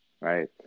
right